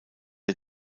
der